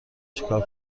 چیکار